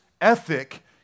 ethic